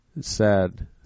sad